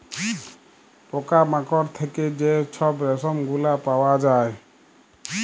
পকা মাকড় থ্যাইকে যে ছব রেশম গুলা পাউয়া যায়